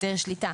היתר שליטה.